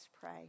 pray